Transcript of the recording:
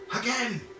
Again